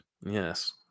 yes